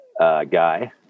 guy